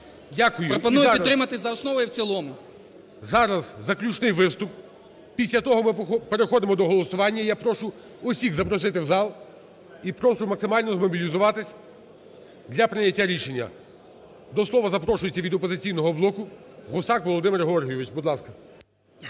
Пропоную підтримати за основу і в цілому. ГОЛОВУЮЧИЙ. Дякую. Зараз заключний виступ. Після того ми переходимо до голосування, я прошу всіх запросити в зал і прошу максимально змобілізуватись для прийняття рішення. До слова запрошується від "Опозиційного блоку" Гусак Володимир Георгійович, будь